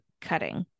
cutting